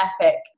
epic